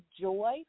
joy